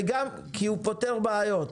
כי הוא פותר בעיות.